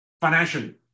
financially